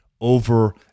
over